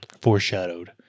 foreshadowed